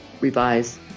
revise